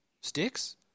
sticks